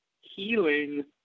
healing